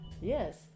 yes